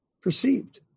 Perceived